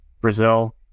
Brazil